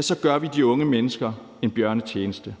så gør vi de unge mennesker en bjørnetjeneste.